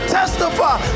testify